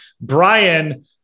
Brian